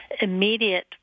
immediate